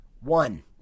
One